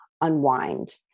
unwind